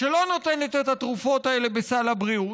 שלא נותנת את התרופות האלה בסל הבריאות,